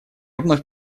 вновь